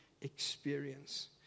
experience